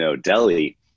Delhi